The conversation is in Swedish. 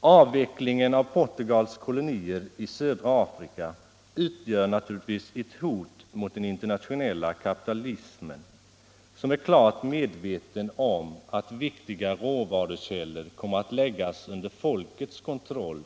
Avvecklingen av Portugals kolonier i södra Afrika utgör naturligtvis ett hot mot den internationella kapitalismen, som är klart medveten om att viktiga råvarukällor kommer att läggas under folkets kontroll